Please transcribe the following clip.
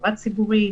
תחבורה ציבורית.